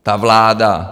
Ta vláda...